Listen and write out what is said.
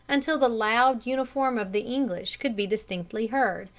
until the loud uniform of the english could be distinctly heard,